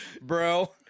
bro